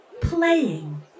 playing